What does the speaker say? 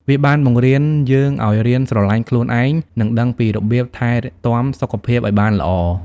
វាបានបង្រៀនយើងឱ្យរៀនស្រឡាញ់ខ្លួនឯង និងដឹងពីរបៀបថែទាំសុខភាពឱ្យបានល្អ។